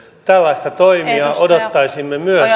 tällaista toimintaa odottaisimme myös